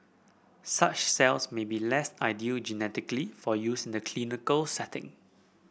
such cells might be less ideal genetically for use in the clinical setting